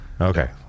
Okay